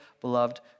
beloved